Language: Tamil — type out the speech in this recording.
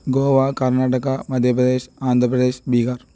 கோவா கர்நாடகா மத்தியபிரதேஸ் ஆந்ரபிரதேஸ் பீகார்